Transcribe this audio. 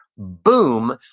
boom,